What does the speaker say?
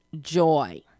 joy